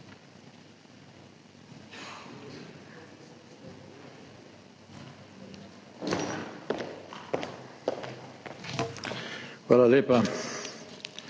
Hvala lepa.